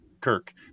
Kirk